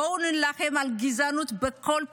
בואו נילחם בגזענות בכל פינה,